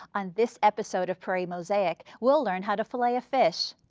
on this episode of prairie mosaic, we'll learn how to fillet a fish,